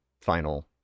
final